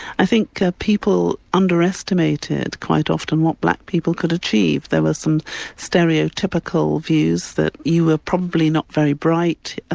i think ah people underestimated quite often what black people could achieve. there were some stereotypical views that you were probably not very bright,